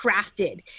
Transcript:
crafted